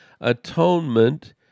atonement